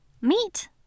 Meet